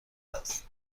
است